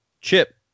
Chip